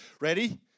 Ready